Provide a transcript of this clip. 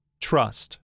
Trust